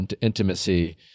intimacy